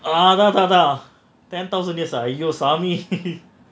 ah அதான் அதான் அதான்:adhaan adhaan adhaan ten thousand years !aiyo! சாமி:saami